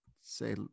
say